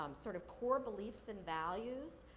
um sort of, core beliefs and values,